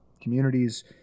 communities